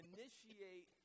Initiate